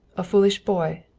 a foolish boy,